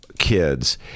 kids